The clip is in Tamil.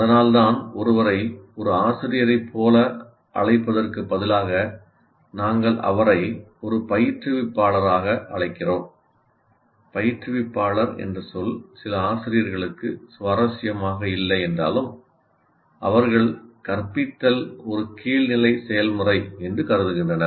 அதனால்தான் ஒருவரை ஒரு ஆசிரியரைப் போல அழைப்பதற்குப் பதிலாக நாங்கள் அவரை அவளை ஒரு பயிற்றுவிப்பாளராக அழைக்கிறோம் பயிற்றுவிப்பாளர் என்ற சொல் சில ஆசிரியர்களுக்கு சுவாரஸ்யமாக இல்லை என்றாலும் அவர்கள் கற்பித்தல் ஒரு கீழ் நிலை செயல்முறை என்று கருதுகின்றனர்